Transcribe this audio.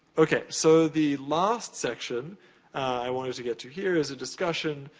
okay, so, the last section i wanted to get to here, is a discussion,